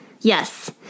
Yes